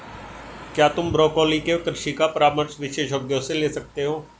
क्या तुम ब्रोकोली के कृषि का परामर्श विशेषज्ञों से ले सकते हो?